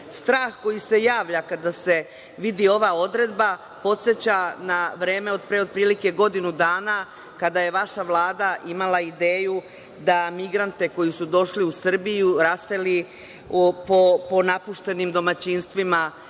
koji se javlja kada se vidi ova odredba podseća na vreme pre otprilike godinu dana, kada je vaša Vlada imala ideju da migrante koji su došli u Srbiju raseli po napuštenim domaćinstvima